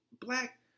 black